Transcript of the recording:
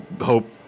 hope